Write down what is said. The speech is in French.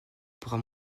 pourra